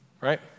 right